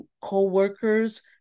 coworkers